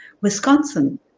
Wisconsin